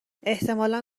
احتمالا